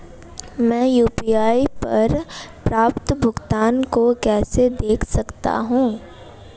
मैं यू.पी.आई पर प्राप्त भुगतान को कैसे देख सकता हूं?